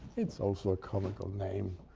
it's also a comical name.